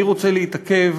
אני רוצה להתעכב,